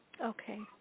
Okay